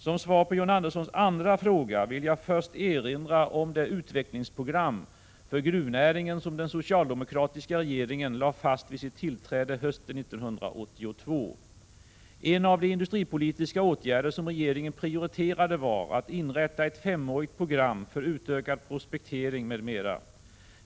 Som svar på John Anderssons andra fråga vill jag först erinra om det utvecklingsprogram för gruvnäringen som den socialdemokratiska regeringen lade fast vid sitt tillträde hösten 1982. En av de industripolitiska åtgärder som regeringen prioriterade var att inrätta ett femårigt program för utökad prospektering m.m.